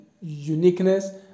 uniqueness